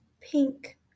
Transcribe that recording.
Pink